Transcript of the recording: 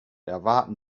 erwarten